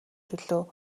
төлөө